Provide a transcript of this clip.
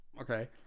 Okay